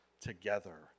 together